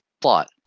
plot